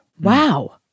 Wow